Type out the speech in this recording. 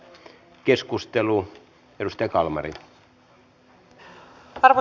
arvoisa herra puhemies